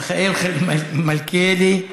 יכול להיות שדב לא נמצא כאן?) מיכאל מלכיאלי,